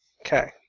Okay